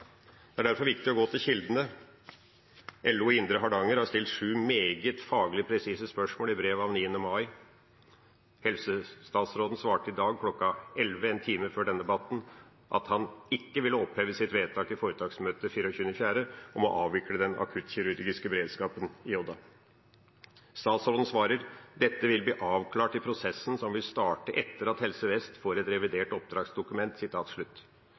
faglig innhold. Derfor er det viktig å gå til kildene. LO i Indre Hardanger har stilt sju faglig meget presise spørsmål i brev av 9. mai. Helsestatsråden svarte i dag kl. 11, en time før denne debatten, at han ikke vil oppheve sitt vedtak i foretaksmøtet den 24. april om å avvikle den akuttkirurgiske beredskapen i Odda. Statsråden sa at dette vil bli avklart i prosessen som vil starte etter at Helse Vest får et revidert oppdragsdokument.